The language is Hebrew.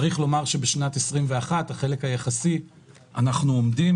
צריך לומר שבשנת 2021, בחלק היחסי אנחנו עומדים.